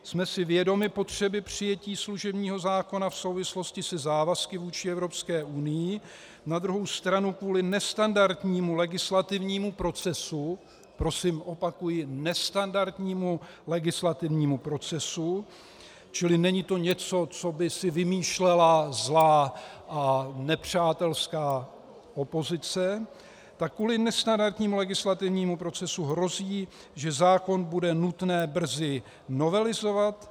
Jsme si vědomi potřeby přijetí služebního zákona v souvislosti se závazky vůči Evropské unii, na druhou stranu kvůli nestandardnímu legislativnímu procesu prosím, opakuji: nestandardnímu legislativnímu procesu, čili není to něco, co by si vymýšlela zlá a nepřátelská opozice kvůli nestandardnímu legislativnímu procesu hrozí, že zákon bude nutné brzy novelizovat.